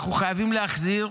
אנחנו חייבים להחזיר